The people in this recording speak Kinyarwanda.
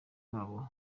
babo